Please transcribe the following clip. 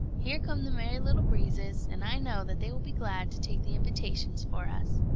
here come the merry little breezes, and i know that they will be glad to take the invitations for us.